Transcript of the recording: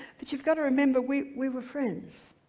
but you've got to remember we we were friends,